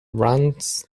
runs